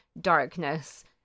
darkness